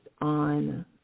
on